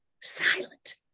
silent